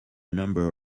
number